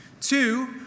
Two